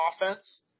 offense